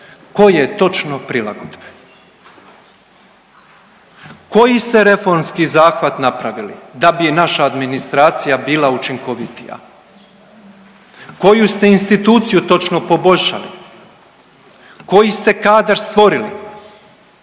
Koje točno prilagodbe? Koji ste reformski zahvat napravili da bi naša administracija bila učinkovitija? Koju ste instituciju točno poboljšali, koji ste kadar stvorili?